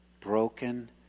broken